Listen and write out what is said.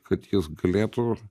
kad jis galėtų